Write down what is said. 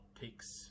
picks